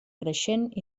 creixent